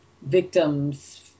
victims